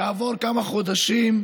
כעבור כמה חודשים,